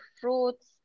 fruits